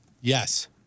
Yes